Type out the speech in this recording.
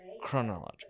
chronological